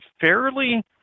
fairly